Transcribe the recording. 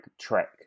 Trek